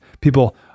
People